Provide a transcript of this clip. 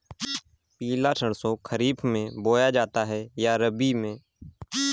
पिला सरसो खरीफ में बोया जाता है या रबी में?